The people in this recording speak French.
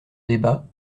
débat